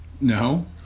no